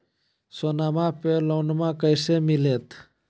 सोनमा पे लोनमा कैसे मिलते?